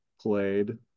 played